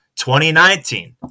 2019